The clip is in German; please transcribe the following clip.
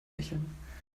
lächeln